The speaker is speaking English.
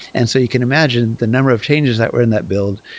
and so you can imagine the number of changes that were in that build,